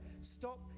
stop